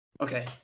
Okay